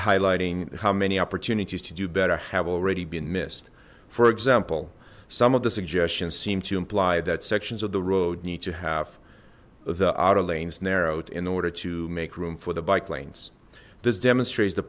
highlighting how many opportunities to do better have already been missed for example some of the suggestions seem to imply that sections of the road need to have the outer lanes narrowed in order to make room for the bike lanes this demonstrates the